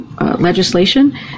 legislation